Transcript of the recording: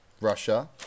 Russia